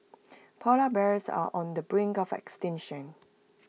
Polar Bears are on the brink of extinction